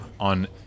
on